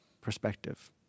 perspective